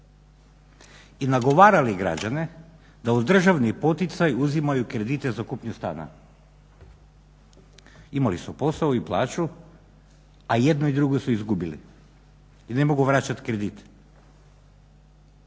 I nagovarali građane da uz državni poticaj uzimaju kredite za kupnju stana. Imali su posao i plaću, a jedno i drugo su izgubili i ne mogu vraćati kredit.